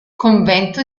convento